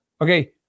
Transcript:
Okay